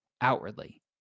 outwardly